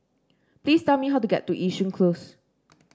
please tell me how to get to Yishun Close